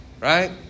Right